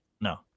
no